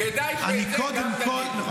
כדאי שגם את זה תגיד.